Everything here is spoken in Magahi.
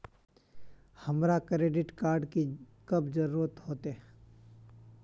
हमरा क्रेडिट कार्ड की कब जरूरत होते?